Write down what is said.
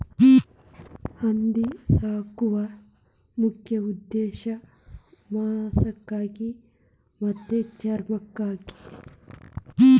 ಹಂದಿ ಸಾಕು ಮುಖ್ಯ ಉದ್ದೇಶಾ ಮಾಂಸಕ್ಕಾಗಿ ಮತ್ತ ಚರ್ಮಕ್ಕಾಗಿ